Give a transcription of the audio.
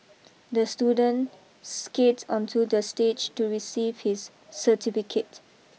the student skate onto the stage to receive his certificate